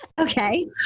Okay